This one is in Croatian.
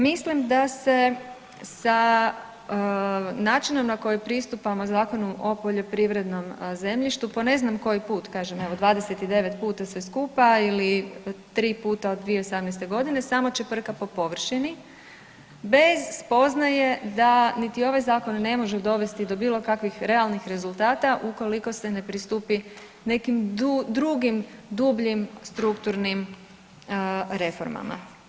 Mislim da se sa načinom na koji pristupamo Zakonu o poljoprivrednom zemljištu po ne znam koji put, kažem evo 29 puta sve skupa ili tri puta od 2018.g. samo čeprka po površini bez spoznaje da niti ovaj zakon ne može dovesti do bilo kakvih realnih rezultata ukoliko se ne pristupi nekim drugim dubljim strukturnim reformama.